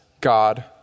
God